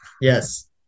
Yes